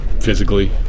physically